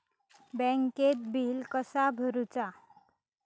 बँकेत बिल कसा भरुचा?